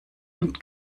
und